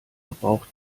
braucht